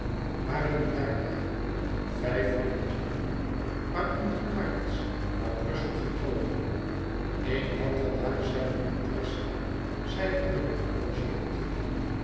waren er daarna vijf van het troepje waaronder quaerts naar brussel getogen een had er daar zijne maitresse zij hadden er gelogeerd